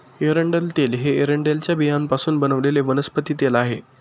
एरंडेल तेल हे एरंडेलच्या बियांपासून बनवलेले वनस्पती तेल आहे